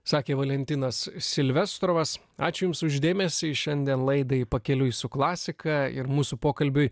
sakė valentinas silvestros ačiū jums už dėmesį šiandien laidai pakeliui su klasika ir mūsų pokalbiui